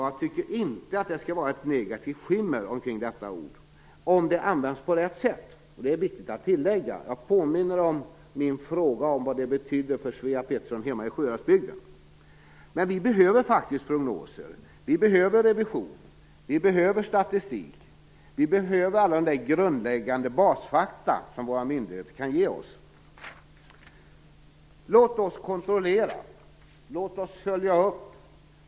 Jag tycker inte att det skall vara något negativt skimmer kring det ordet - om det används på rätt sätt; det är viktigt att tillägga. Jag vill påminna om min fråga om vad det betyder för Svea Pettersson hemma i Sjuhäradsbygden. Vi behöver faktiskt prognoser. Vi behöver revision. Vi behöver statistik. Vi behöver alla de grundläggande fakta som våra myndigheter kan ge oss. Låt oss kontrollera. Låt oss följa upp.